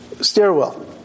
stairwell